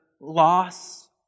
loss